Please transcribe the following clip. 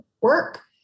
work